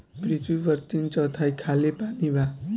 पृथ्वी पर तीन चौथाई खाली पानी बा